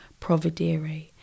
providere